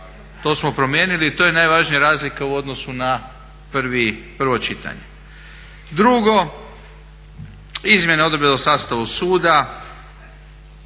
to smo promijenili i to je najvažnija razlika u odnosu na prvo čitanje. Drugo, izmjene …/Govornik se